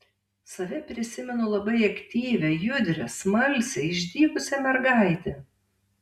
save prisimenu labai aktyvią judrią smalsią išdykusią mergaitę